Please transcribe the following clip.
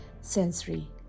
sensory